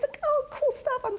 ah cool cool stuff, um